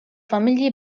familji